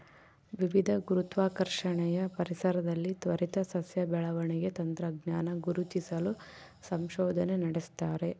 ವಿವಿಧ ಗುರುತ್ವಾಕರ್ಷಣೆಯ ಪರಿಸರದಲ್ಲಿ ತ್ವರಿತ ಸಸ್ಯ ಬೆಳವಣಿಗೆ ತಂತ್ರಜ್ಞಾನ ಗುರುತಿಸಲು ಸಂಶೋಧನೆ ನಡೆಸ್ತಾರೆ